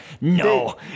no